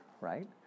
right